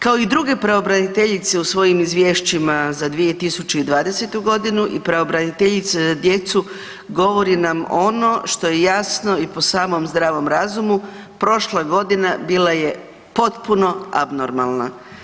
Kao i druge pravobraniteljice u svojim izvješćima za 2020.g. i pravobraniteljica za djecu govori nam ono što je jasno i po samom zdravom razumu prošla godina bila je potpuno abnormalna.